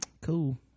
cool